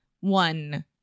one